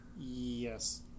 Yes